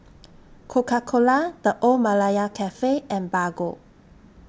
Coca Cola The Old Malaya Cafe and Bargo